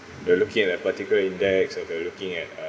we're looking at that particular index uh we're looking at um